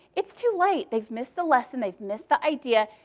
it's too late. they've missed the lesson, they've missed the idea,